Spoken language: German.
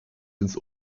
ins